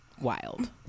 wild